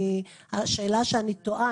השאלה שאני תוהה,